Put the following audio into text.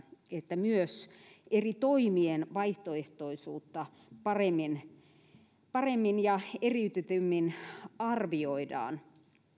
että myös eri toimien vaihtoehtoisuutta paremmin paremmin ja eriytetymmin arvioidaan